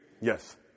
yes